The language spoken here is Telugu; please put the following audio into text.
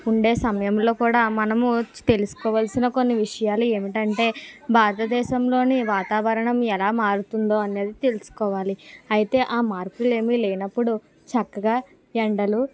ఉండే సమయంలో కూడా మనము తెలుసుకోవలసిన కొన్ని విషయాలు ఏమిటంటే భారతదేశంలోని వాతావరణం ఎలా మారుతుందో అన్నది తెలుసుకోవాలి అయితే ఆ మార్పులు ఏమీ లేనప్పుడు చక్కగా ఎండలు